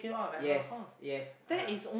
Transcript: yes yes (uh huh)